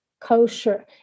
kosher